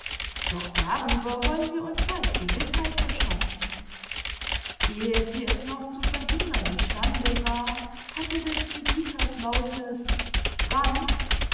doch darüber wollen wir uns bald gewißheit verschaffen ehe sie es noch zu verhindern im stande war hatte des gebieters lautes franz